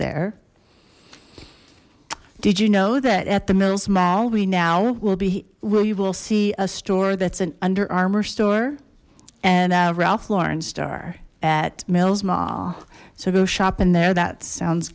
there did you know that at the mills mall we now will be where you will see a store that's an under armour store and a ralph lauren store at mills mall so go shopping there that sounds